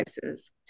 devices